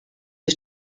ich